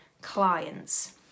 clients